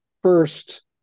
first